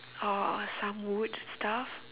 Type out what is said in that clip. or a some wood stuff